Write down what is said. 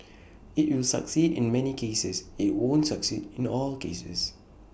IT will succeed in many cases IT won't succeed in all cases